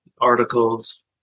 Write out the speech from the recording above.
articles